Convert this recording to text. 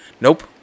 nope